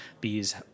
bees